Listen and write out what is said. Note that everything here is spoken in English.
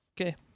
Okay